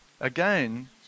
Again